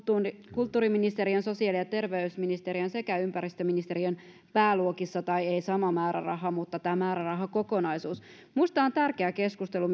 kulttuuriministeriön sosiaali ja terveysministeriön sekä ympäristöministeriön pääluokissa tai ei sama määräraha mutta tämä määrärahakokonaisuus minusta on tärkeä keskustelu